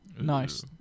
Nice